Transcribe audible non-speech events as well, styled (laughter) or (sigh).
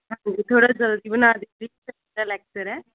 ਹਾਂਜੀ ਥੋੜ੍ਹਾ ਜਲਦੀ ਬਣਾ ਦਿਓ ਜੀ (unintelligible) ਮੇਰਾ ਲੈਕਚਰ ਹੈ